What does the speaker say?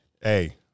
hey